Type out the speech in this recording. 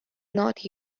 not